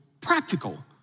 practical